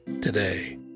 today